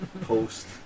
Post